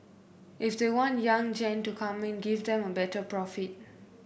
if they want young gen to come in give them a better profit